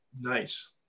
Nice